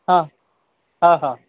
हा हा हा